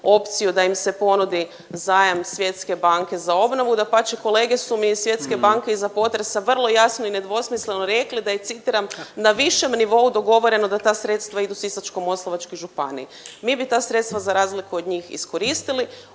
opciju da im se ponudi zajam Svjetske banke za obnovu. Dapače kolege su mi iz Svjetske banke iza potresa vrlo jasno i nedvosmisleno rekli da je citiram na višem nivou dogovoreno da ta sredstva idu Sisačko-moslavačkoj županiji. Mi bi ta sredstva za razliku od njih iskoristili,